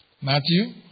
Matthew